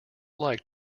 like